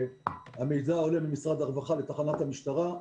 המידע עולה ממשרד הרווחה לתחנת המשטרה,